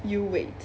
you wait